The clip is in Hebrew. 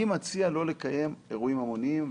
אני מציע לא לקיים אירועים המוניים,